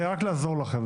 זה רק יעזור לכם.